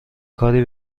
کاری